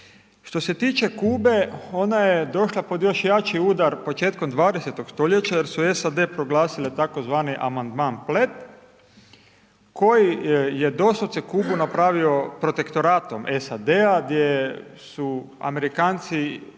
Što se tiče Kuba, ona je došla pod još jači udar početkom 20.-og stoljeća, jer su SAD proglasile tako zvani Amandman Platt, koji je doslovce Kubu napravio protektoratom SAD-a, gdje su Amerikanci